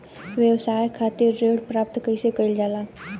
व्यवसाय खातिर ऋण प्राप्त कइसे कइल जाला?